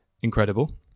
incredible